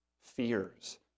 fears